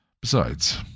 Besides